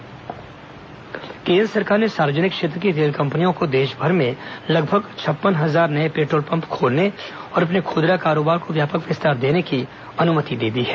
केन्द्र petrol pump केन्द्र सरकार ने सार्वजनिक क्षेत्र की तेल कंपनियों को देशभर में लगभग छप्पन हजार नए पेट्रोल पम्प खोलने और अपने खुदरा कारोबार को व्यापक विस्तार देने की अनुमति दे दी है